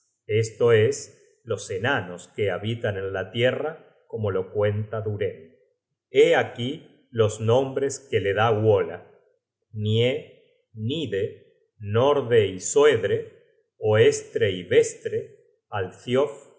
esto es los enanos que habitan en la tierra como lo cuenta duren hé aquí los nombres que les da wola nye nide nordre y soedre oestre y vestre